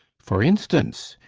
for instance,